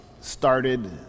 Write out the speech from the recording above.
started